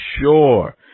sure